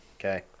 Okay